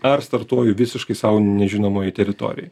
ar startuoju visiškai sau nežinomoj teritorijoj